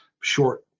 short